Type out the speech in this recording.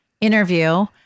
interview